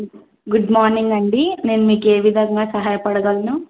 good morning అండి నేను మీకు ఏ విధంగా సహాయపడగలను